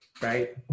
Right